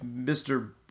Mr